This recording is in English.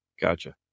Gotcha